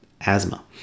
asthma